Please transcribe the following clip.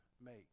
make